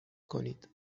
کنید